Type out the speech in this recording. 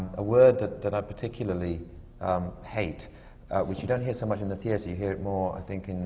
a word that that i particularly um hate which you don't hear so much in the theatre, you hear it more, i think,